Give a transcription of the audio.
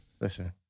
Listen